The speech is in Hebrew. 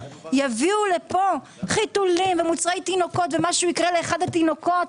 יביאו לפה חיתולים ומוצרי תינוקות ומשהו יקרה לאחד התינוקות.